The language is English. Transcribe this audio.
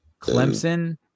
Clemson